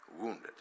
wounded